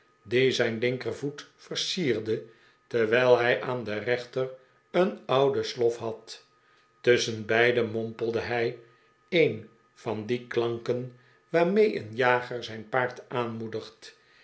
die zijn linkervoet versierde terwijl hij aan den rechter een oude slof had tusschenbeide mompelde hij een van die klanken waarmee een jager zijn paard aanmoedigt